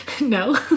No